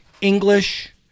English